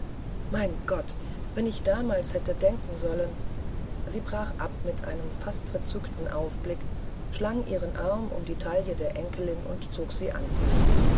mein gott wenn ich damals hätte denken sollen sie brach ab mit einem fast verzückten aufblick schlang ihren arm um die taille der enkelin und zog sie an sich